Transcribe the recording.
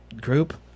group